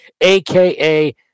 aka